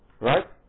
Right